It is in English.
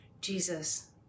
Jesus